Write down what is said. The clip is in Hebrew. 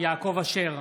יעקב אשר,